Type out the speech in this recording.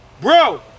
bro